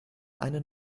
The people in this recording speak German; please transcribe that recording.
eine